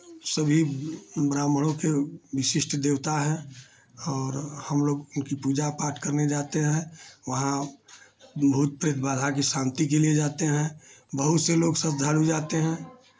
सभी ब्राह्मणों के विशिष्ट देवता हैं और हम लोग उनकी पूजा पाठ करने जाते हैं वहाँ भूत प्रेत बाधा की शान्ति के लिए जाते हैं बहुत से लोग श्रद्धालु जाते हैं